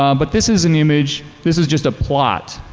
um but this is an image, this is just a plot.